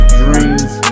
dreams